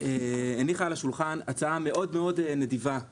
הניחה על השולחן הצעה נדיבה מאוד,